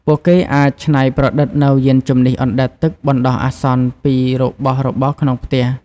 ពួកគេអាចច្នៃប្រឌិតនូវយានជំនិះអណ្តែតទឹកបណ្តោះអាសន្នពីរបស់របរក្នុងផ្ទះ។